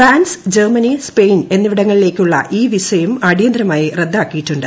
France Germany Spain എന്നിവിടങ്ങളിലേക്കുള്ള ഇ വിസയും അടിയന്തരമായി റദ്ദാക്കിയിട്ടുണ്ട്